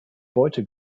beute